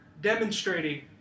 demonstrating